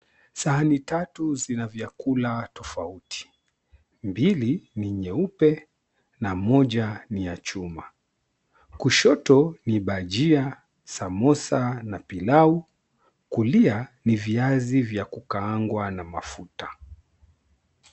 Sahani tatu ina vyakula tofauti. Mbili ni nyeupe na moja ni ya chuma. Kushoto ni bajia, samosa na pilau, kulia ni viazi vya kukaangwa na mafuta.